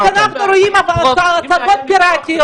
אז אנחנו רואים הצגות פיראטיות.